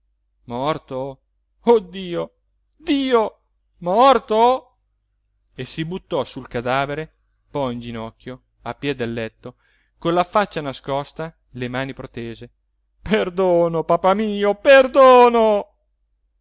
oh dio dio morto e si buttò sul cadavere poi in ginocchio a piè del letto con la faccia nascosta le mani protese perdono papà mio perdono